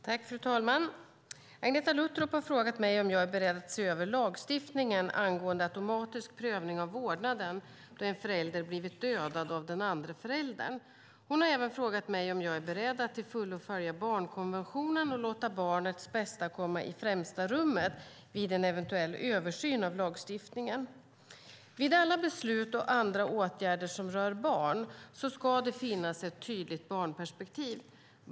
Fru talman! Agneta Luttropp har frågat mig om jag är beredd att se över lagstiftningen angående automatisk prövning av vårdnaden då en förälder blivit dödad av den andre föräldern. Hon har även frågat mig om jag är beredd att till fullo följa barnkonventionen och låta barnets bästa komma i främsta rummet vid en eventuell översyn av lagstiftningen. Vid alla beslut och andra åtgärder som rör barn ska det finnas ett tydligt barnperspektiv.